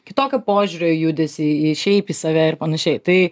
kitokio požiūrio į judesį į šiaip į save ir panašiai tai